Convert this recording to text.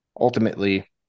ultimately